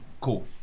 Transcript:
Cool